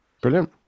Brilliant